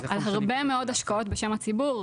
על הרבה מאוד השקעות בשם הציבור.